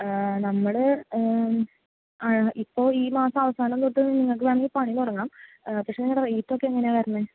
നമ്മൾ ആ ഇപ്പോൾ ഈ മാസം അവസാനം തൊട്ട് നിങ്ങൾക്ക് വേണമെങ്കിൽ പണി തുടങ്ങാം പക്ഷെ നിങ്ങളുടെ റേറ്റ് ഒക്കെ എങ്ങനെയാണ് വരണത്